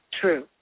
true